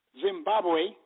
Zimbabwe